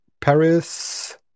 Paris